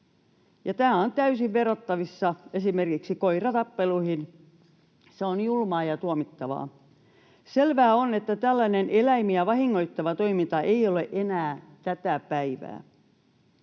tämä on täysin verrattavissa esimerkiksi koiratappeluihin. Se on julmaa ja tuomittavaa. Selvää on, että tällainen eläimiä vahingoittava toiminta ei ole enää tätä päivää.